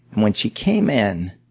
when she came in,